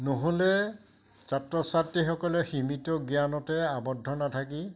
নহ'লে ছাত্ৰ ছাত্ৰীসকলে সীমিত জ্ঞানতে আবদ্ধ নাথাকি